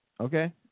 Okay